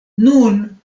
nun